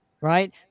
right